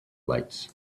lights